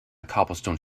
cobblestone